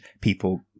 people